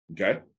Okay